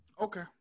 Okay